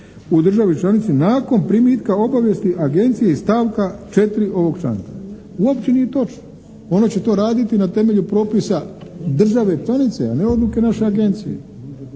u državi članici nakon primitka obavijesti agencije iz stavka 4. ovog članka. Uopće nije točno. Ono će to raditi na temelju propisa države članice, a ne odluke naše agencije.